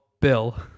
bill